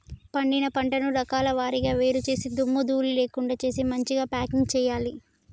పండిన పంటను రకాల వారీగా వేరు చేసి దుమ్ము ధూళి లేకుండా చేసి మంచిగ ప్యాకింగ్ చేయాలి